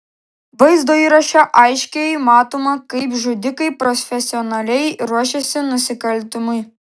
vaizdo įraše aiškiai matoma kaip žudikai profesionaliai ruošiasi nusikaltimui